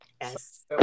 Yes